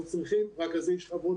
אנחנו צריכים רכזי שכבות